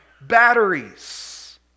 batteries